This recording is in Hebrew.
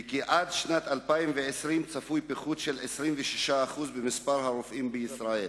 וכי עד שנת 2020 צפוי פיחות של 26% במספר הרופאים בישראל.